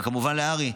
וכמובן להר"י,